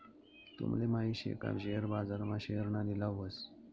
तूमले माहित शे का शेअर बाजार मा शेअरना लिलाव व्हस